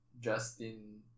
Justin